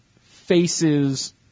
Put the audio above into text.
faces